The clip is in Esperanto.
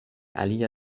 alia